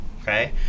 okay